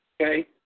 Okay